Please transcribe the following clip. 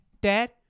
Dad